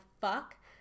fuck